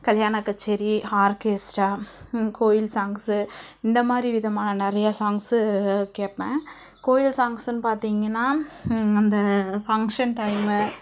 கல்யாண கச்சேரி ஆர்கெஸ்ட்ரா கோயில் சாங்ஸு இந்த மாதிரி விதமாக நிறைய சாங்ஸு கேட்பேன் கோயில் சாங்ஸுன்னு பார்த்தீங்கன்னா அந்த ஃபங்க்ஷன் டைமு